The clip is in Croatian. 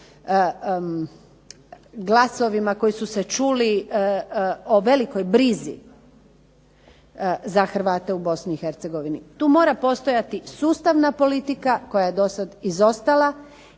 glasovima koji su se čuli o velikoj brizi za Hrvate u BiH. Tu mora postojati sustavna politika koja je dosad izostala